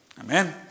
Amen